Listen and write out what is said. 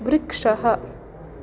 वृक्षः